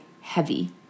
heavy